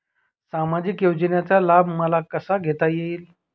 सामाजिक योजनेचा लाभ मला कसा घेता येईल?